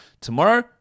tomorrow